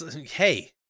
Hey